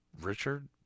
richard